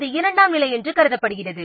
இது இரண்டாம் நிலையாக கருதப்படுகிறது